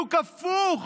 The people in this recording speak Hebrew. בדיוק הפוך